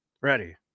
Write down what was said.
Ready